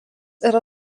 yra